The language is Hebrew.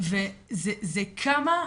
וזה כמה,